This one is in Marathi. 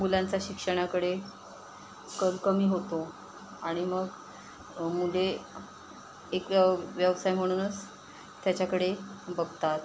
मुलांचा शिक्षणाकडे कल कमी होतो आणि मग मुले एक व्यव व्यवसाय म्हणूनच त्याच्याकडे बघतात